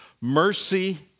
Mercy